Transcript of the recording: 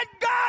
God